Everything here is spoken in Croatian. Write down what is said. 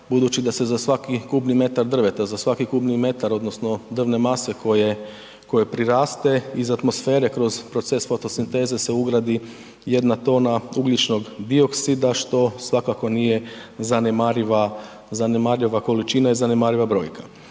drveta, za svaki kubni metar odnosno drvne mase koje, koje priraste iz atmosfere kroz proces fotosinteze se ugradi jedna tona ugljičnog dioksida, što svakako nije zanemariva, zanemariva količina i zanemariva brojke.